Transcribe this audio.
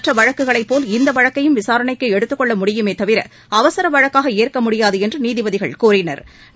மற்ற வழக்குகளைப் போல் இந்த வழக்கையும் விசாரணைக்கு எடுத்துக் கொள்ள முடியுமே தவிர அவசர வழக்காக ஏற்க முடியாது என்று நீதிபதிகள் கூறினா்